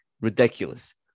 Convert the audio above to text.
ridiculous